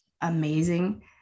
amazing